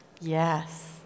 yes